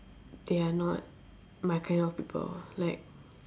they are not my kind of people like